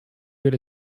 good